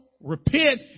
repent